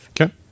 Okay